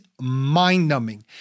mind-numbing